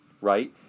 right